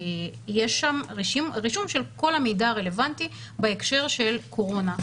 כי יש שם רישום של כל המידע הרלבנטי בהקשר של קורונה,